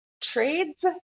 trades